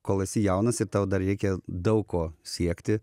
kol esi jaunas ir tau dar reikia daug ko siekti